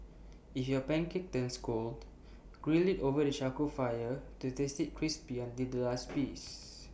if your pancake turns cold grill IT over the charcoal fire to taste IT crispy until the last piece